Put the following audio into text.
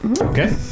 Okay